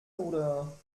oder